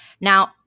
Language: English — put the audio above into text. Now